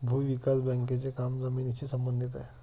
भूविकास बँकेचे काम जमिनीशी संबंधित आहे